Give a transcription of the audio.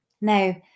Now